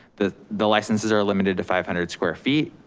the the licenses are limited to five hundred square feet,